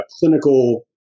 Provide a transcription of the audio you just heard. clinical